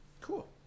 Cool